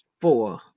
Four